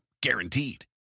guaranteed